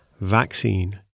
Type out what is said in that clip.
vaccine